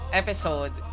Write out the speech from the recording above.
episode